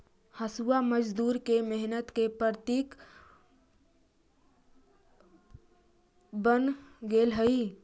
हँसुआ मजदूर के मेहनत के प्रतीक बन गेले हई